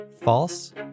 false